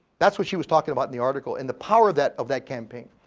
that's what she was talking about in the article, and the power of that of that campaign.